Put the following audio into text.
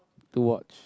to watch